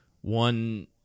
One